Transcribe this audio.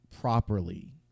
properly